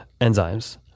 enzymes